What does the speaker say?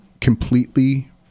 completely